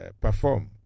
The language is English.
perform